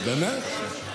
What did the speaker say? באמת?